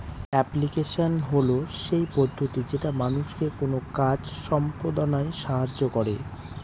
application হল সেই পদ্ধতি যেটা মানুষকে কোনো কাজ সম্পদনায় সাহায্য করে